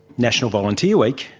national volunteer week,